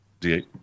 D8